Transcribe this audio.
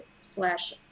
slash